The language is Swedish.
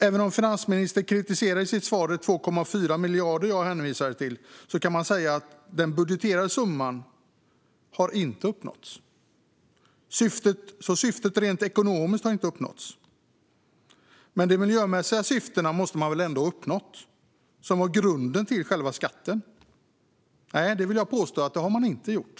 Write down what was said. Även om finansministern i sitt svar kritiserar den siffra på 2,4 miljarder som jag hänvisade till kan man säga att den budgeterade summan inte har uppnåtts. Syftet rent ekonomiskt har alltså inte uppnåtts. Men de miljömässiga syftena som var grunden till skatten måste man väl ändå ha uppnått? Nej, det vill jag påstå att man inte har gjort.